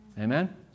Amen